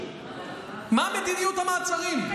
מה מדיניות המעצרים,